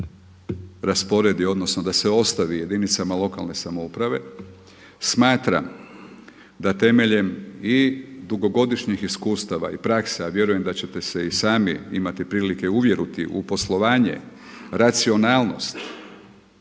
rasporedi odnosno da se ostavi jedinicama lokalne samouprave. Smatram da temeljem i dugogodišnjih iskustava i praksa, a vjerujem da ćete se i sami imati prilike uvjeriti u poslovanje, racionalnost,